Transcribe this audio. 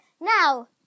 Now